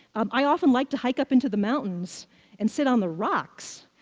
um i often like to hike up into the mountains and sit on the rocks,